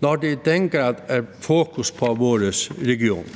når der i den grad er fokus på vores region.